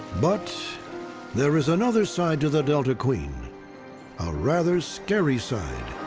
but there is another side to the delta queen a rather scary side.